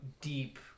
deep